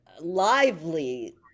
lively